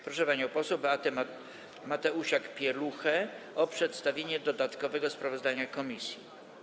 Proszę panią poseł Beatę Mateusiak-Pieluchę o przedstawienie dodatkowego sprawozdania komisji.